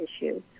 issues